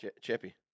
Chippy